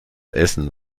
essen